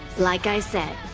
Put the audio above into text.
like i said